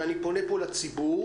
ואני פונה פה לציבור,